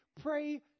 pray